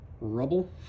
rubble